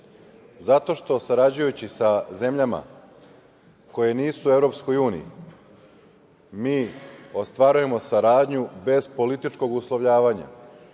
zato što, sarađujući sa zemljama koje nisu u EU, mi ostvarujemo saradnju bez političkog uslovljavanja